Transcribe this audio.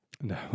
No